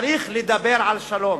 צריך לדבר על שלום.